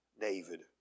David